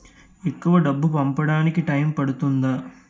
ఎక్కువ డబ్బు పంపడానికి టైం పడుతుందా?